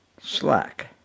Slack